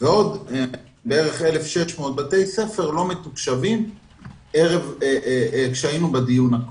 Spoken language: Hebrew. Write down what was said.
ועוד בערך 1,600 בתי ספר לא מתוקשבים כשהיינו בדיון הקודם.